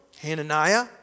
Hananiah